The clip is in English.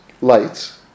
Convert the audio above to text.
lights